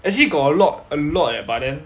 actually got a lot a lot leh but then